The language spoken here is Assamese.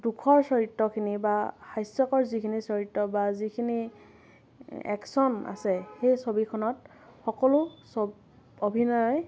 দুখৰ চৰিত্ৰখিনি বা হাস্য়কৰ যিখিনি চৰিত্ৰ বা যিখিনি একশ্বন আছে সেই ছবিখনত ছবি সকলো ছ অভিনয়